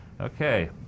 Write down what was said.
Okay